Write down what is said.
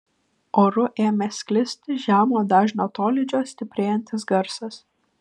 oru ėmė sklisti žemo dažnio tolydžio stiprėjantis garsas